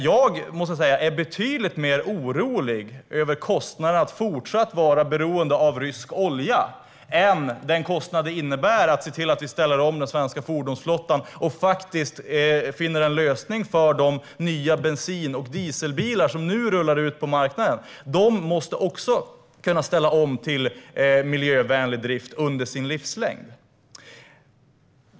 Jag är betydligt mer orolig över kostnaden att fortsatt vara beroende av rysk olja än den kostnad det innebär att ställa om den svenska fordonsflottan och faktiskt finna en lösning för de nya bensin och dieselbilar som nu rullar ut på marknaden. De måste också kunna ställas om till miljövänlig drift under sin livslängd.